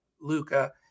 Luca